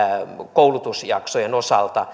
koulutusjaksojen osalta